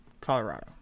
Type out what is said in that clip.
Colorado